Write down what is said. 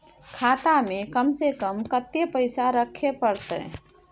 खाता में कम से कम कत्ते पैसा रखे परतै?